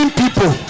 people